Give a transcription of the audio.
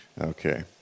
Okay